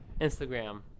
Instagram